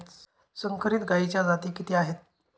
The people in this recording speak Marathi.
संकरित गायीच्या जाती किती आहेत?